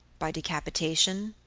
by decapitation,